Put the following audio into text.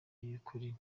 y’ukuri